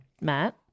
Matt